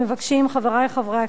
חברי חברי הכנסת,